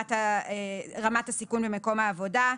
רמת הסיכון במקום העבודה.